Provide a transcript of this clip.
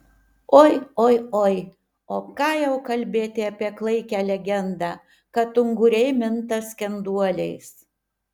oi oi oi o ką jau kalbėti apie klaikią legendą kad unguriai minta skenduoliais